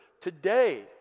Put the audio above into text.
today